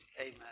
Amen